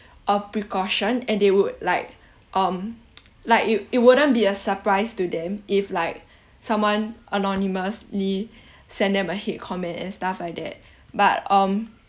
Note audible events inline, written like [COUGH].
a precaution and they would like um like it it wouldn't be a surprise to them if like someone anonymously [BREATH] sent them a hate comment and stuff like that but um